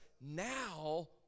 Now